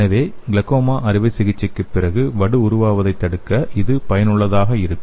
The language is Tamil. எனவே கிளகோமா அறுவை சிகிச்சைக்குப் பிறகு வடு உருவாவதைத் தடுக்க இது பயனுள்ளதாக இருக்கும்